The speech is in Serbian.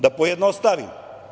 Da pojednostavim.